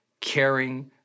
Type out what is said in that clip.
caring